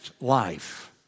life